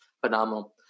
Phenomenal